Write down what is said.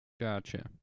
Gotcha